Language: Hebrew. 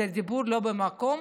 זה דיבור לא במקום.